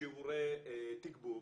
שיעורי תגבור